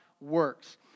Works